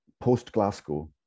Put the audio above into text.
Post-Glasgow